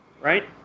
Right